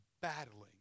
battling